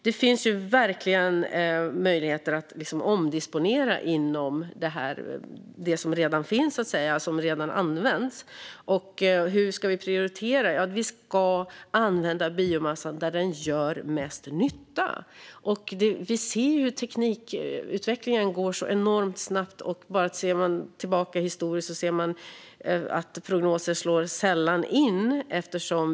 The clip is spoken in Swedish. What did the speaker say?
Det finns verkligen möjligheter att omdisponera inom det som redan finns och redan används. Hur ska vi prioritera? Vi ska använda biomassan där den gör mest nytta. Vi ser att teknikutvecklingen går enormt snabbt. Går man tillbaka historiskt ser man att prognoser sällan slår in.